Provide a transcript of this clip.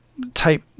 type